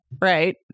right